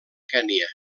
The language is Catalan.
kenya